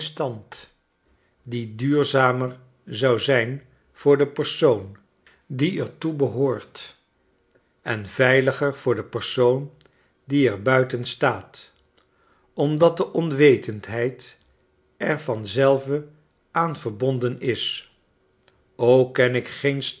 die duurzamer zou zijn voor den persoon die er toe behoort en veiliger voor den persoon die er buiten staat omdat de onwetendheid er vanzelve aan verbonden is ook ken ik geen